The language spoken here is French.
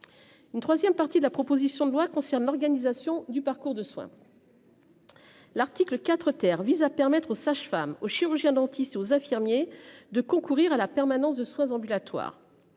Une 3ème partie de la proposition de loi concerne l'organisation du parcours de soin. L'article IV terre vise à permettre aux sages-femmes aux chirurgiens-dentistes aux infirmiers de concourir à la permanence de soins ambulatoires.